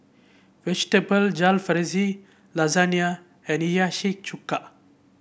Vegetable Jalfrezi Lasagna and Hiyashi Chuka